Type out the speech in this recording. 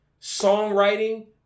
Songwriting